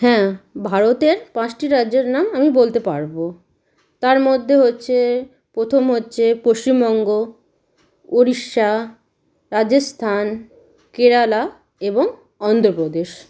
হ্যাঁ ভারতের পাঁচটি রাজ্যের নাম আমি বলতে পারব তার মধ্যে হচ্ছে প্রথম হচ্ছে পশ্চিমবঙ্গ উড়িষ্যা রাজস্থান কেরালা এবং অন্ধ্রপ্রদেশ